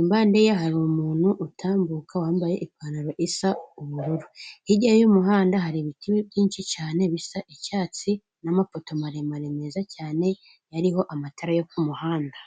Impande ye hari umuntu utambuka wambaye ipantaro isa ubururu, hirya yuyu muhanda hari ibitibi byinshi cyane bisa icyatsi n'amapoto maremare meza cyane ariho amatara yo ku muhanda.